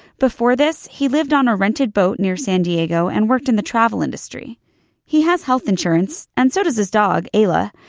before this, he lived on a rented boat near san diego and worked in the travel industry he has health insurance, and so does his dog, ayla.